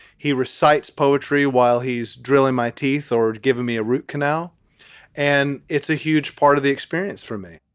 he recites poetry while he's drilling my teeth or giving me a root canal and it's a huge part of the experience for me.